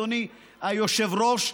אדוני היושב-ראש,